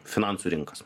finansų rinkas